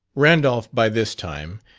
randolph, by this time,